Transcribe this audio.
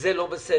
וזה לא בסדר.